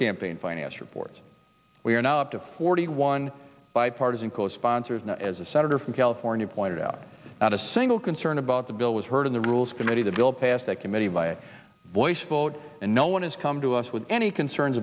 campaign finance report we are now up to forty one bipartisan co sponsors as a senator from california pointed out not a single concern about the bill was heard in the rules committee the bill passed that committee by voice vote and no one has come to us with any concerns